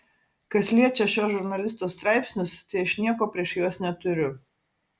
kas liečia šio žurnalisto straipsnius tai aš nieko prieš juos neturiu